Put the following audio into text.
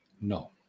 No